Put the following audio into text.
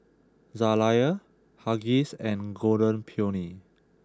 Zalia Huggies and Golden Peony